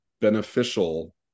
beneficial